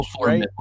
right